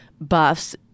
buffs